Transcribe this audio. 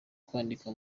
kwandika